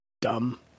dumb